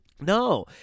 no